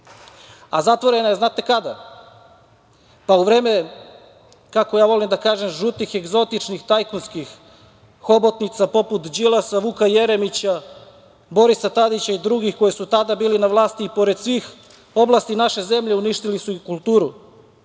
a zatvorena je znate kada? Pa u vreme, kako ja volim da kažem, žutih egzotičnih tajkunskih hobotnica, poput Đilasa, Vuka Jeremića, Borisa Tadića i drugih koji su tada bili na vlasti, i pored svih oblasti naše zemlje, uništili su i kulturu,